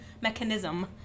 mechanism